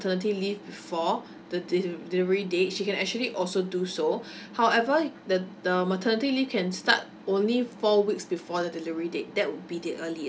leave before the delivery date she can actually also do so however the the maternity leave can start only four weeks before the delivery date that would be the earliest